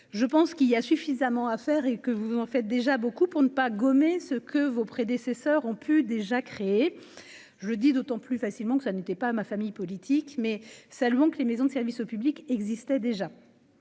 je pense qu'il y a suffisamment à faire et que vous en fait déjà beaucoup pour ne pas gommer ce que vos prédécesseurs ont pu déjà créé, je le dis d'autant plus facilement que ça n'était pas ma famille politique mais seulement que les maisons de services public existait déjà